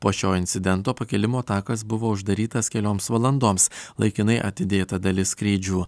po šio incidento pakilimo takas buvo uždarytas kelioms valandoms laikinai atidėta dalis skrydžių